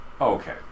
Okay